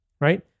right